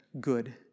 good